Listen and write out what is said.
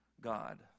God